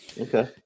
Okay